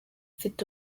mfite